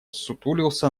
ссутулился